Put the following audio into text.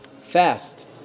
fast